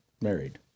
married